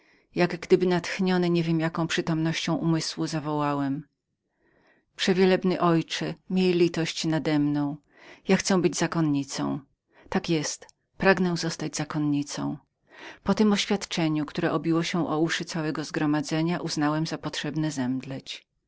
jak gdyby natchniony niewiem jaką przytomnością umysłu zawołałem przewielebny ojcze miej litość nademną ja chcę być zakonnicą tak jest pragnę zostać zakonnicą potem oświadczeniu które obiło się o uszy całego zgromadzenia uznałem za potrzebne zemdleć